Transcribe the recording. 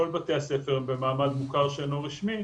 כל בתי הספר הם במעמד מוכר שאינו רשמי,